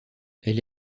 elle